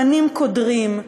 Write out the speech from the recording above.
פנים קודרים,